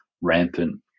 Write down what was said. rampant